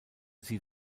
sie